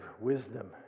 wisdom